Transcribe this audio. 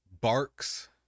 Barks